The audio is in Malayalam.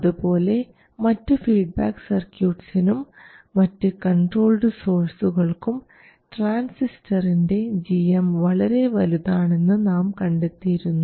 അതുപോലെ മറ്റ് ഫീഡ്ബാക്ക് സർക്യൂട്ട്സിനും മറ്റ് കൺട്രോൾഡ് സോഴ്സസുകൾക്കും ട്രാൻസിസ്റ്ററിൻറെ gm വളരെ വലുതാണെന്ന് നാം കണ്ടെത്തിയിരുന്നു